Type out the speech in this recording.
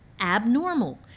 abnormal